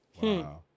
Wow